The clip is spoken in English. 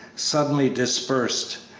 suddenly dispersed,